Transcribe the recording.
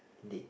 indeed